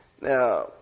Now